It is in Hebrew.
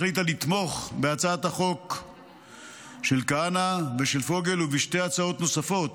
החליטה לתמוך בהצעת החוק של כהנא ושל פוגל ובשתי הצעות נוספות